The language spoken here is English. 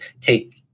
take